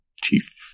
chief